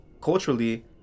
culturally